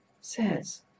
says